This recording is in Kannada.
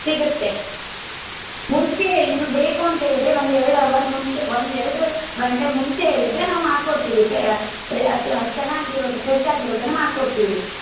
ಸಿಗತ್ತೆ ಮುಂಚೆ ಹೇಳಿ ನಿಮಗೆ ಬೇಕು ಅಂತ ಹೇಳಿದ್ರೆ ಒಂದು ಎರಡು ಅವರ್ ಮುಂಚೆ ಒಂದು ಎರಡು ಗಂಟೆ ಮುಂಚೆ ಹೇಳಿದರೆ ನಾವು ಮಾಡ್ಕೊಡ್ತೀವಿ ಚೆನ್ನಾಗಿರೋದು ಫ್ರೆಶ್ ಆಗಿರೋದನ್ನು ಮಾಡ್ಕೊಡ್ತೀವಿ